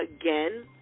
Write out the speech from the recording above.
again